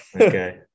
Okay